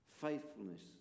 faithfulness